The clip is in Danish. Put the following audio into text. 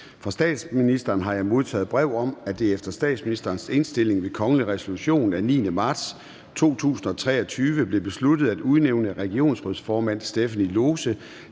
Fra statsministeren har jeg modtaget brev om, at det efter statsministerens indstilling ved kongelig resolution af 9. marts 2023 blev besluttet, at udnævne regionsrådsformand Stephanie Lose